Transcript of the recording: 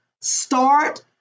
start